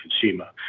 consumer